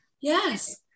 Yes